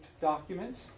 documents